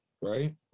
right